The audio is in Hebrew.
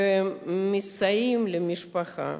ומסייעים למשפחה